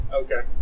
Okay